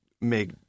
make